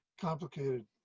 complicated